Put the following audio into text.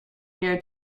year